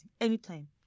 Anytime